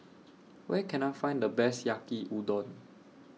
Where Can I Find The Best Yaki Udon